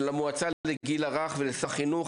למועצה לגיל הרך ולשר החינוך,